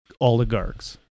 oligarchs